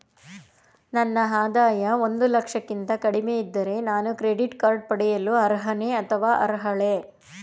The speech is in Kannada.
ನನ್ನ ಆದಾಯ ಒಂದು ಲಕ್ಷಕ್ಕಿಂತ ಕಡಿಮೆ ಇದ್ದರೆ ನಾನು ಕ್ರೆಡಿಟ್ ಕಾರ್ಡ್ ಪಡೆಯಲು ಅರ್ಹನೇ ಅಥವಾ ಅರ್ಹಳೆ?